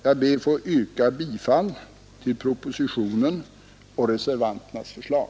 Jag ber att få yrka bifall till propositionen och reservanternas förslag.